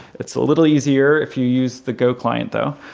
it's a little easier if you use the go client though,